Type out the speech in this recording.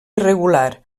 irregular